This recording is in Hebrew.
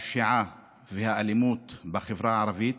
הפשיעה והאלימות בחברה הערבית,